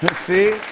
see?